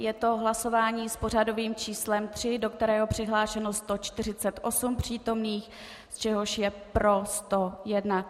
Je to hlasování s pořadovým číslem 3, do kterého je přihlášeno 148 přítomných, z čehož je pro 101.